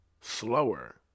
slower